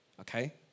okay